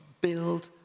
build